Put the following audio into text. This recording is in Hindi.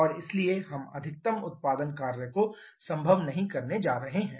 और इसलिए हम अधिकतम उत्पादन कार्य को संभव नहीं करने जा रहे हैं